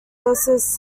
versus